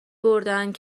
بردهاند